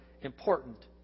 important